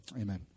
amen